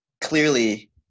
clearly –